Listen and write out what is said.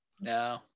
No